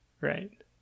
Right